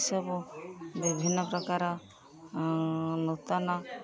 ଏସବୁ ବିଭିନ୍ନ ପ୍ରକାର ନୂତନ